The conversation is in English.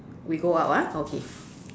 we go out ah okay